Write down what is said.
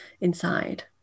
inside